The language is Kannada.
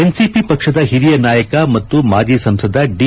ಎನ್ಸಿಪಿ ಪಕ್ಷದ ಹಿರಿಯ ನಾಯಕ ಮತ್ತು ಮಾಜಿ ಸಂಸದ ದಿ